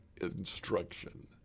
instruction